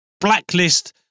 blacklist